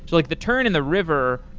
like the turn and the river,